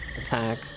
attack